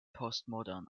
postmodern